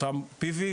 לאותם PV,